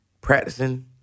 practicing